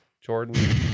Jordan